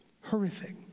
horrific